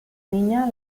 niña